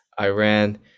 Iran